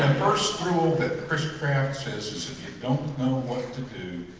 and first rule that the chris kraft says is if you don't know what to do